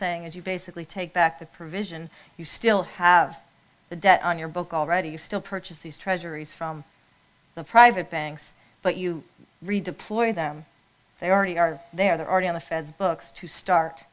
saying is you basically take back the provision you still have the debt on your book already you still purchase these treasuries from the private banks but you redeploy them they already are there they're already on the fed's books to start